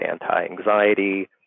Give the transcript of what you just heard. Anti-anxiety